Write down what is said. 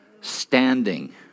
standing